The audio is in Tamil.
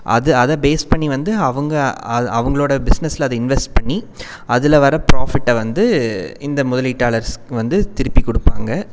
அது அதை பேஸ் பண்ணி வந்து அவங்க அது அவங்களோட பிஸ்னஸில் அது இன்வெஸ்ட் பண்ணி அதில் வர பிராஃபிட்டை வந்து இந்த முதலீட்டாளர்ஸ்க்கு வந்து திருப்பிக் கொடுப்பாங்க